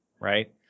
right